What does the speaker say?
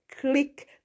Click